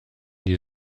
die